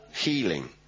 healing